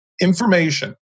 information